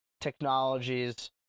technologies